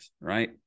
right